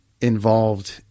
involved